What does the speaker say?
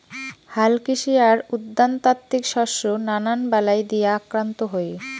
হালকৃষি আর উদ্যানতাত্ত্বিক শস্য নানান বালাই দিয়া আক্রান্ত হই